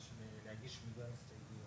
בואו נשמע אותו, אחרי מה שהוא אמר היום בבוקר.